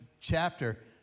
chapter